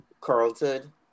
Carlton